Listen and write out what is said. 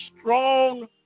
strong